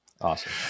Awesome